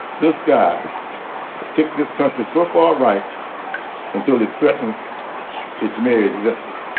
this guy take this country so far right until he threatens its mere existence.